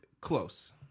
Close